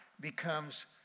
becomes